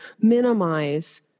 minimize